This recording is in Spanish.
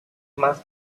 más